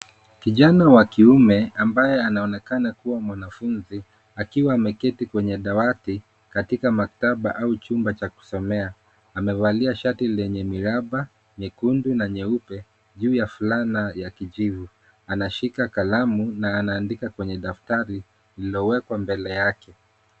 Kijana wa kiume ambaye anaonekana kua mwanafunzi, akiwa ameketi kwenye dawati katika maktaba au chumba cha kusomea. Amevalia shati lenye miraba nyekundu na nyeupe, juu ya fulana ya kijivu. Anashika kalamu, na anaandika kwenye daftari lililowekwa mbele yake.